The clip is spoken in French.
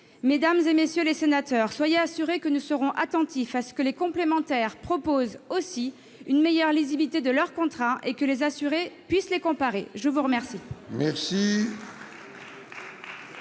Mesdames, messieurs les sénateurs, soyez assurés que nous serons attentifs à ce que les assurances complémentaires proposent aussi une meilleure lisibilité de leur contrat afin que les assurés puissent les comparer. La parole